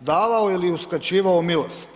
davao ili uskraćivao milost.